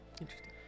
Interesting